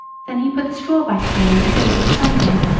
then he put the straw back again as if it was sunday.